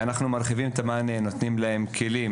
אנחנו מרחיבים עבורם ונותנים להם כלים